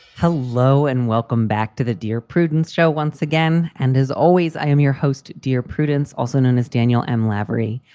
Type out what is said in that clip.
hello and welcome back to the dear prudence show once again. and as always, i am your host, dear prudence, also known as daniel m. laborie.